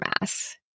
mass